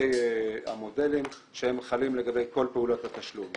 סוגי המודלים שחלים לגבי כל פעולות התשלום.